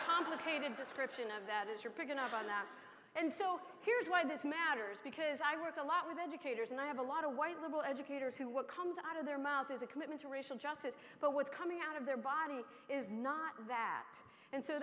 complicated description of that is you're picking up on that and so here's why this matters because i work a lot with educators and i have a lot of white liberal educators who what comes out of their mouth is a commitment to racial justice but what's coming out of their body is not that and so